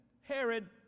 Herod